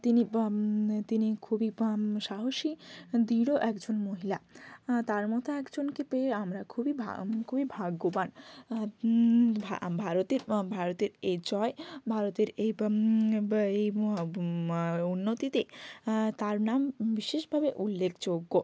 তিনি বামী তিনি খুবই বাম সাহসী দিঢ় একজন মহিলা তার মতো একজনকে পেয়ে আমরা খুবই ভা আমি খুবই ভাগ্যবান ভারতের ভারতের এই জয় ভারতের এই পাম বা এই উন্নতিতে তার নাম বিশেষভাবে উল্লেখযোগ্য